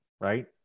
right